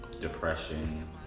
depression